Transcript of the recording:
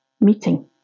meeting